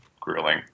grueling